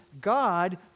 God